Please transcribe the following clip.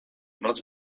noc